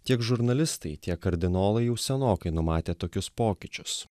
tiek žurnalistai tiek kardinolai jau senokai numatė tokius pokyčius